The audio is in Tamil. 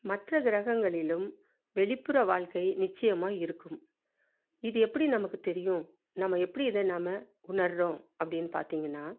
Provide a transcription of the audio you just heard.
மற்ற கிரகங்களிலும் வெளிப்புற வாழ்க்கை நிச்சயமாக இருக்கும் இது எப்படி நமக்கு தெரியும் நம்ம எப்படி இதை நாம உணர்கிறோம் அப்படின்னு பார்த்திங்கன்னா